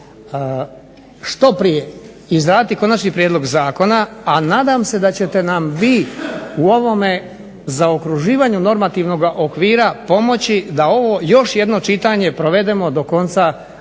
što prije izraditi konačni prijedlog zakona, a nadam se da ćete nam vi u ovome zaokruživanju normativnog okvira pomoći da ovo još jedno čitanje provedemo do konca zasjedanja